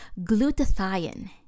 glutathione